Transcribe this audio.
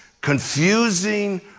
confusing